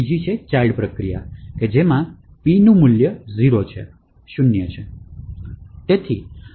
હવે ચાઇલ્ડ પ્રક્રિયામાં P ની કિંમત 0 છે